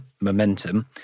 Momentum